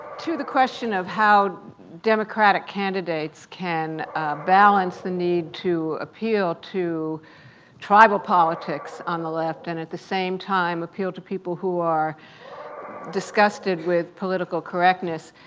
to the question of how democratic candidates can balance the need to appeal to tribal politics on the left and at the same time appeal to people who are disgusted with political correctness,